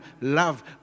love